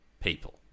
people